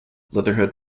leatherhead